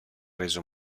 reso